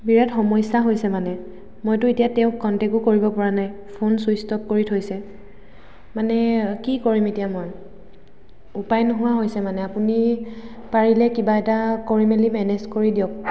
বিৰাট সমস্যা হৈছে মানে মইতো এতিয়া তেওঁক কণ্টেক্টো কৰিব পৰা নাই ফোন ছুইটছ অফ কৰি থৈছে মানে কি কৰিম এতিয়া মই উপায় নোহোৱা হৈছে মানে আপুনি পাৰিলে কিবা এটা কৰি মেলি মেনেজ কৰি দিয়ক